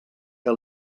que